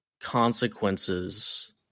consequences